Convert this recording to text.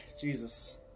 Jesus